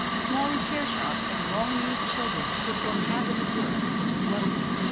small repair shops have long used children to perform hazardous work such as welding.